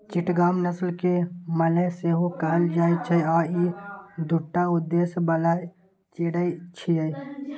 चिटगांव नस्ल कें मलय सेहो कहल जाइ छै आ ई दूटा उद्देश्य बला चिड़ै छियै